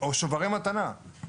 או שוברי מתנה,